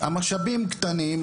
המשאבים קטנים,